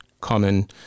common